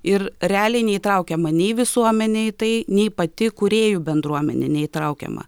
ir realiai neįtraukiama nei visuomenė į tai nei pati kūrėjų bendruomenė neįtraukiama